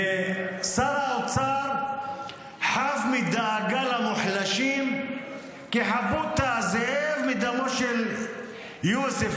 ושר האוצר חף מדאגה למוחלשים כחפות הזאב מדמו של יוסף,